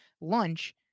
lunch